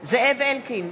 זאב אלקין,